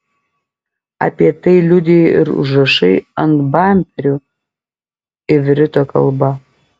apie tai liudija ir užrašai ant bamperių ivrito kalba